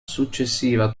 successiva